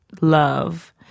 love